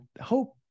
hope